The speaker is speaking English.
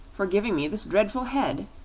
for giving me this dreadful head,